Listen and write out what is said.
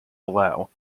allow